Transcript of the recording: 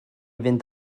fynd